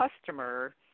customer –